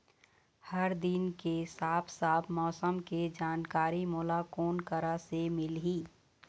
हर दिन के साफ साफ मौसम के जानकारी मोला कोन करा से मिलही?